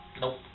Nope